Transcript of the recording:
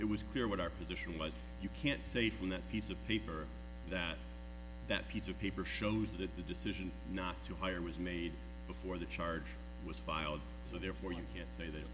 it was clear what our position was you can't say from that piece of paper that that piece of paper shows that the decision not to hire was made before the charge was filed so therefore you can't say that